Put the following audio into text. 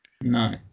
No